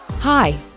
Hi